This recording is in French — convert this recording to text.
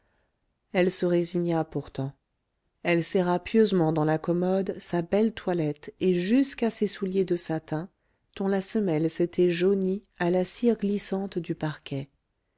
elle se résigna pourtant elle serra pieusement dans la commode sa belle toilette et jusqu'à ses souliers de satin dont la semelle s'était jaunie à la cire glissante du parquet